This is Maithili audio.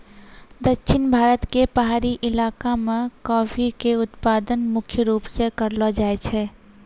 दक्षिण भारत के पहाड़ी इलाका मॅ कॉफी के उत्पादन मुख्य रूप स करलो जाय छै